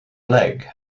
leg